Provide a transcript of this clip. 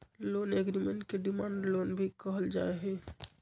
loan agreement के demand loan भी कहल जा हई